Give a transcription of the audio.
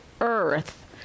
earth